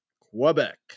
Quebec